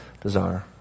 desire